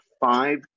five